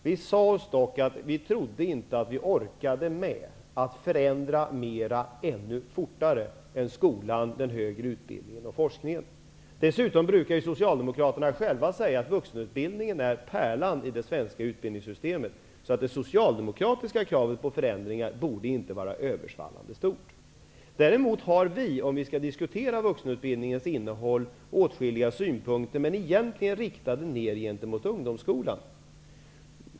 Vi sade oss dock att vi trodde inte att vi orkade med att förändra mera ännu fortare -- förutom skolan, den högre utbildningen och forskningen. Dessutom brukar Socialdemokraterna själva säga att vuxenutbildningen är pärlan i det svenska utbildningssystemet. Det socialdemokratiska kravet på förändringar borde inte vara översvallande stort. Däremot har vi, om vi skall diskutera vuxenutbildningens innehåll, åtskilliga synpunkter som egentligen är riktade mot ungdomsskolan.